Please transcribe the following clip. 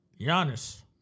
Giannis